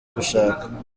gushaka